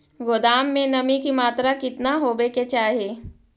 गोदाम मे नमी की मात्रा कितना होबे के चाही?